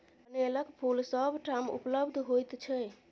कनेलक फूल सभ ठाम उपलब्ध होइत छै